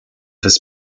his